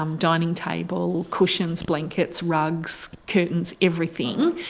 um dining table, cushions, blankets, rugs, curtains, everything,